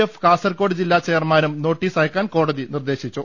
F Kasaragod ജില്ലാ ചെയർമാനും notice അയക്കാൻ കോടതി നിർദേശിച്ചു